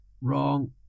Wrong